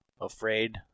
afraid